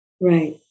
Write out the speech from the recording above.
Right